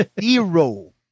zero